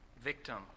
victim